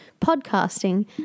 podcasting